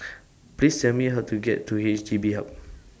Please Tell Me How to get to H D B Hub